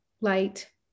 light